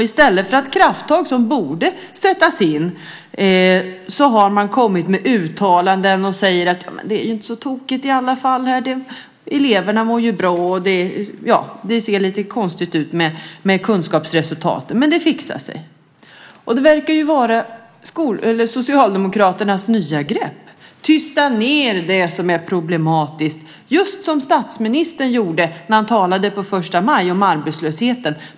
I stället för de krafttag som borde sättas in har man kommit med uttalanden som: Det är inte så tokigt i alla fall. Eleverna mår ju bra. Det ser ju lite konstigt ut med kunskapsresultaten, men det fixar sig. Det verkar vara Socialdemokraternas nya grepp: Tysta ned det som är problematiskt. Så gjorde statsministern när han på första maj talade om arbetslösheten.